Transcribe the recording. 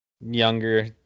younger